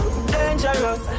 Dangerous